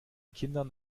kindern